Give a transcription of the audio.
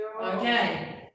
Okay